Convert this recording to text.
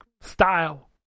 style